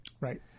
Right